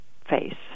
face